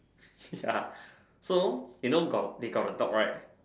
ya so you know got they got a dog right